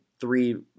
three